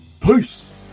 peace